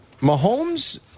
Mahomes